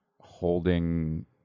holding